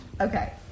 Okay